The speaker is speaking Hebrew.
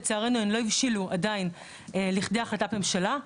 אך לצערנו הן לא הבשילו עדיין לכדי החלטת ממשלה.